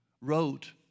wrote